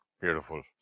Beautiful